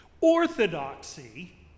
Orthodoxy